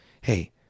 Hey